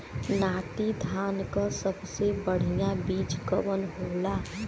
नाटी धान क सबसे बढ़िया बीज कवन होला?